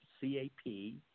C-A-P